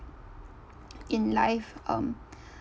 in life um